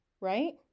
right